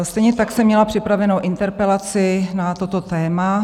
Stejně tak jsem měla připravenou interpelaci na toto téma.